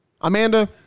Amanda